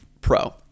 pro